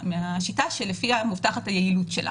ומהשיטה שלפיה מובטחת היעילות שלה.